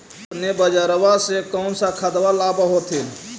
अपने बजरबा से कौन सा खदबा लाब होत्थिन?